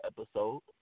episode